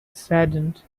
saddened